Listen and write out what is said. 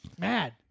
Mad